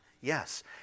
Yes